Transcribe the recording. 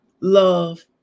love